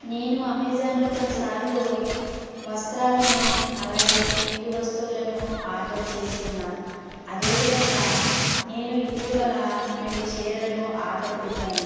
నేను అమెజాన్లో కొన్నిసార్లు వస్త్రాలను అలాగే ఇంటి వస్తువులను ఆర్డర్ చేసి ఉన్నాను అదేవిధంగా నేను ఇటీవల రెండు చీరలను ఆర్డర్ పెట్టాను